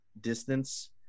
distance